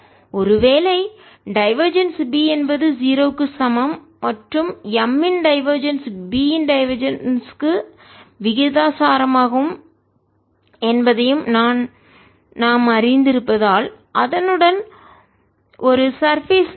ஒருவேளை divergence B என்பது 0 க்கு சமம் மற்றும் M இன் டைவர்ஜென்ஸ் B இன் டைவர்ஜென்ஸ் க்கு விகிதாசாரமாகும் என்பதையும் நாம் அறிந்திருப்பதால்அதனுடன் ஒரு சர்பேஸ் மேற்பரப்பு இல்லை